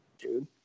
dude